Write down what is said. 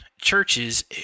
churches